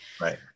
Right